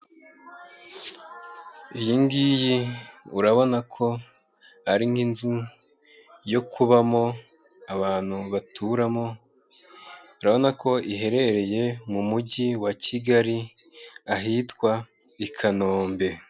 Iyi ngiyi urabona ko ari nk'inzu yo kubamo, abantu baturamo, urabona ko iherereye mu mujyi wa Kigali ahitwa i Kanombe.